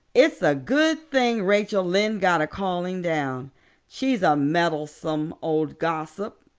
it's a good thing rachel lynde got a calling down she's a meddlesome old gossip,